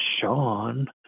Sean